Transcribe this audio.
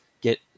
get